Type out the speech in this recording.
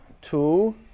two